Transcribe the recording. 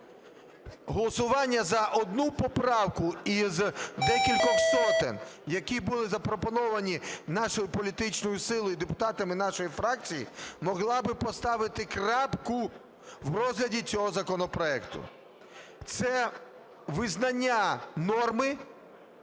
Голосування за одну поправку із декількох сотень, які були запропоновані нашою політичною силою і депутатами нашої фракції, могло би поставити крапку в розгляді цього законопроекту. Це визнання норми,